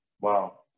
Wow